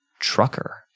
Trucker